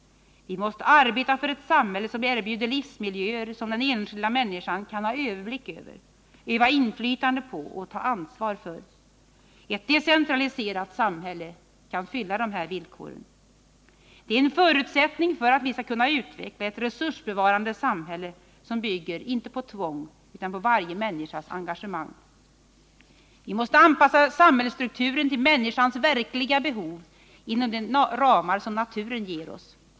Vi måste arbeta för ett samhälle, som erbjuder livsmiljöer som den enskilda människan kan ha överblick över, öva inflytande på och ta ansvar för. Ett decentraliserat samhälle kan fylla de här villkoren. Det är en förutsättning för att vi skall kunna utveckla ett resursbevarande samhälle som bygger, inte på tvång, utan på varje människas engagemang. Vi måste anpassa samhällsstrukturen till människans verkliga behov inom de ramar som naturen ger oss.